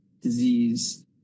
disease